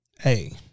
Hey